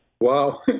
Wow